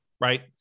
right